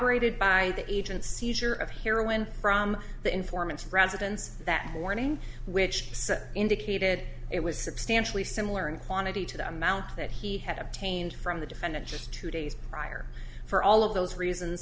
rated by the agencies or of heroin from the informants residence that morning which indicated it was substantially similar in quantity to the amount that he had obtained from the defendant just two days prior for all of those reasons